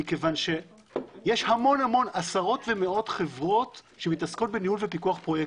כי יש עשרות ומאות חברות שמתעסקות בניהול ופיקוח פרויקטים.